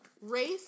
race